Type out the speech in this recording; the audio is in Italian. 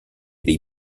dei